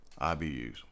IBUs